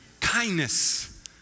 Kindness